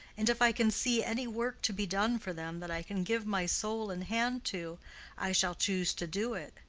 and if i can see any work to be done for them that i can give my soul and hand to i shall choose to do it.